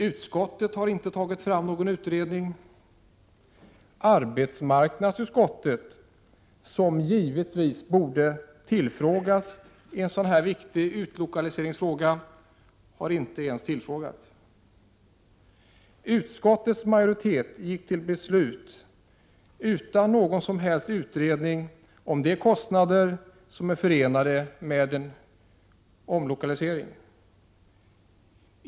Utskottet har inte tagit fram någon utredning. Arbetsmarknadsutskottet, som givetvis borde ha fått framföra sin uppfattning i en sådan viktig utlokaliseringsfråga, har inte ens tillfrågats. Utskottets majoritet gick till beslut utan någon som helst utredning om de kostnader som är förenade med en omlokalisering.